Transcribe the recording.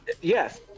yes